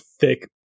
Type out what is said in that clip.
thick